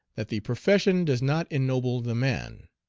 that the profession does not ennoble the man,